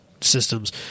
systems